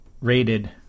rated